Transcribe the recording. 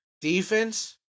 Defense